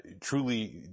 truly